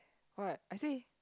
what I say